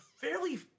fairly